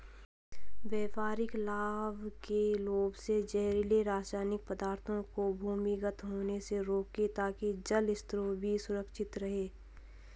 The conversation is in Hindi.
व्यापारिक लाभ के लोभ से जहरीले रासायनिक पदार्थों को भूमिगत होने से रोकें ताकि जल स्रोत भी सुरक्षित रहे